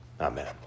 amen